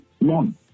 One